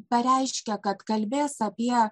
pareiškia kad kalbės apie